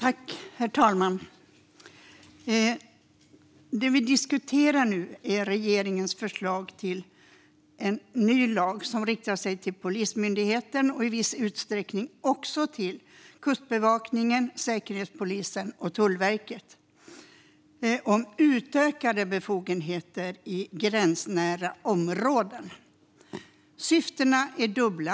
Herr talman! Det vi diskuterar nu är regeringens förslag till en ny lag som riktar sig till Polismyndigheten och i viss utsträckning också till Kustbevakningen, Säkerhetspolisen och Tullverket och ger dem utökade befogenheter i gränsnära områden. Syftena är dubbla.